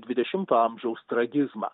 dvidešimto amžiaus tragizmą